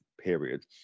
period